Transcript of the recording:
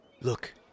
look